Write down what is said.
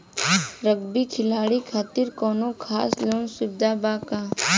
Rugby खिलाड़ी खातिर कौनो खास लोन सुविधा बा का?